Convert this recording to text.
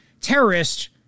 terrorist